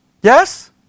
Yes